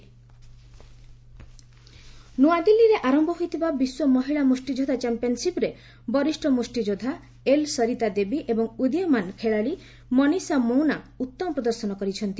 boxing ନୂଆଦିଲ୍ଲୀରେ ଆରମ୍ଭ ହୋଇଥିବା ବିଶ୍ୱ ମହିଳା ମୁଷ୍ଟିଯୋଦ୍ଧା ଚାମ୍ପିୟନ୍ସିପ୍ରେ ବରିଷ୍ଠ ମୁଷ୍ଠିଯୋଦ୍ଧା ଏଲ୍ ସରିତା ଦେବୀ ଏବଂ ଉଦୀୟମାନ ଖେଳାଳି ମନୀଷା ମୌନା ଉତ୍ତମ ପ୍ରଦର୍ଶନ କରିଛନ୍ତି